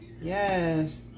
Yes